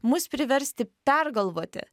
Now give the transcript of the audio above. mus priversti pergalvoti